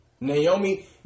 Naomi